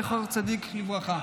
זכר צדיק לברכה.